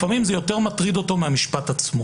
לפעמים יותר מטריד אותו מהמשפט עצמו